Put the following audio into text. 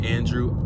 Andrew